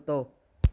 कुतो